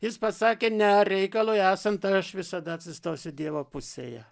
jis pasakė ne reikalui esant aš visada atsistosi dievo pusėje